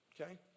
Okay